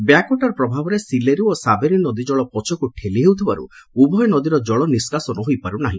back water ପ୍ରଭାବରେ ସିଲେରୁ ଓ ସାବେରୀ ନଦୀ ଜଳ ପଛକୁ ଠେଲି ହେଉଥିବାରୁ ଉଭୟ ନଦୀର ଜଳ ନିଷ୍କାସନ ହୋଇପାରୁନାହି